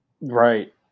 Right